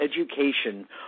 education